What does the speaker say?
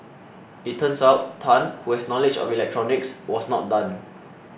it turns out Tan who has knowledge of electronics was not done